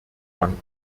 danken